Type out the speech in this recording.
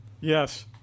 Yes